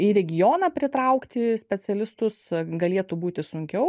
į regioną pritraukti specialistus galėtų būti sunkiau